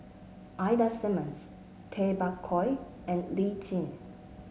Ida Simmons Tay Bak Koi and Lee Tjin